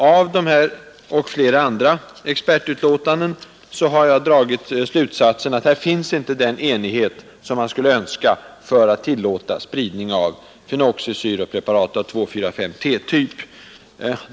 Av dessa och flera andra expertutlåtanden har jag dragit slutsatsen att här finns inte den enighet som man skulle önska för att tillåta spridning av fenoxisyror av 2,4,5-T-typ.